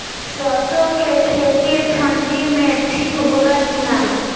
सरसो के खेती ठंडी में ठिक होला कि ना?